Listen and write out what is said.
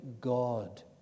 God